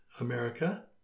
America